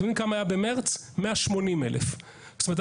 במרץ היו 180,000. זאת אומרת,